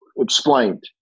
explained